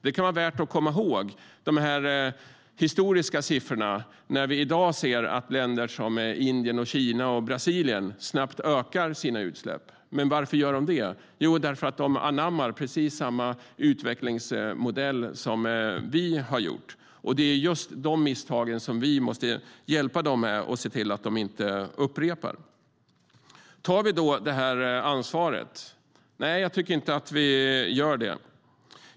Det kan vara värt att komma ihåg de här historiska siffrorna när vi i dag ser att länder som Indien, Kina och Brasilien snabbt ökar sina utsläpp. Varför gör de det? Jo, därför att de anammar precis samma utvecklingsmodell som vi har haft. Det är just de misstagen som vi måste hjälpa dem med och se till att de inte upprepar. Tar vi det ansvaret? Nej, jag tycker inte att vi gör det.